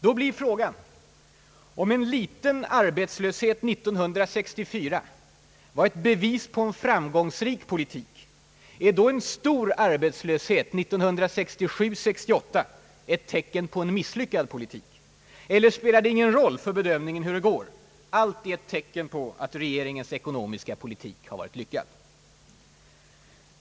Då blir frågan: Om liten arbetslöshet 1964 var ett bevis på en framgångsrik politik — är då stor arbetslöshet 1967—1968 ett tecken på en misslyckad politik? Eller spelar det ingen roll för bedömningen hur det går — allt är ett tecken på att regeringens ekonomiska politik har varit lyckad?